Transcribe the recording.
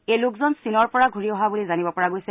এই লোকজন চীনৰ পৰা ঘূৰি অহা বুলি জানিব পৰা গৈছে